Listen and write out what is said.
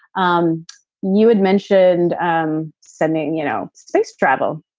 um you had mentioned um sending, you know space travel,